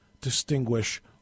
distinguish